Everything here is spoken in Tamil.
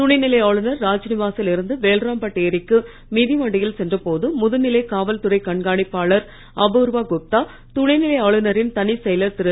துணைநிலை ஆளுநர் ராஜ்நிவாசில் இருந்து வேல்ராம்பெட் ஏரிக்கு மிதிவண்டியில் சென்ற போது முதுநிலை காவல்துறை கண்காணிப்பாளர் அபூர்வா குப்தா துணைநிலை ஆளுநரின் தனிச் செயலர் திரு